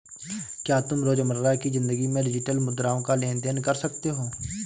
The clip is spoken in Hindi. क्या तुम रोजमर्रा की जिंदगी में डिजिटल मुद्राओं का लेन देन कर सकते हो?